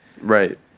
Right